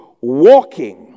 walking